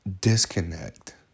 disconnect